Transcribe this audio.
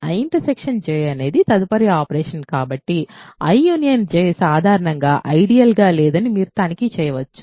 I J అనేది తదుపరి operation కాబట్టి I J సాధారణంగా ఐడియల్ గా లేదని మీరు తనిఖీ చేయవచ్చు